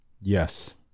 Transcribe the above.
Yes